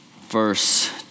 verse